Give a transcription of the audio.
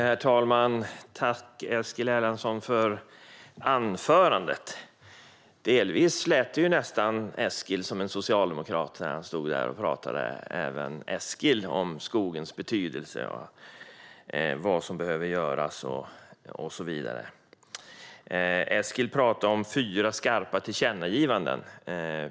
Herr talman! Tack, Eskil Erlandsson, för anförandet! Delvis lät Eskil nästan som en socialdemokrat när han stod där och talade om skogens betydelse, vad som behöver göras och så vidare. Eskil talade om fyra skarpa tillkännagivanden.